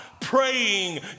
praying